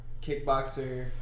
Kickboxer